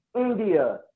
India